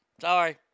Sorry